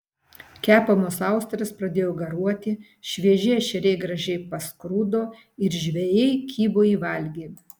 kepamos austrės pradėjo garuoti švieži ešeriai gražiai paskrudo ir žvejai kibo į valgį